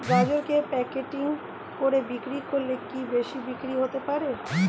গাজরকে প্যাকেটিং করে বিক্রি করলে কি বেশি বিক্রি হতে পারে?